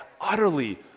utterly